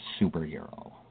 superhero